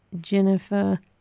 Jennifer